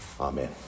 Amen